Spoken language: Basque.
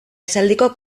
esaldiko